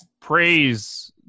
praise